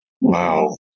Wow